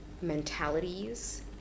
mentalities